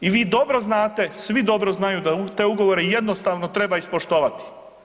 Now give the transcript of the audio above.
I vi dobro znate, svi dobro znaju da te ugovore jednostavno treba ispoštovati.